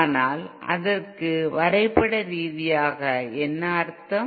ஆனால் அதற்கு வரைபட ரீதியாக என்ன அர்த்தம்